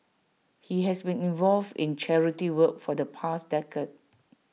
he has been involved in charity work for the past decade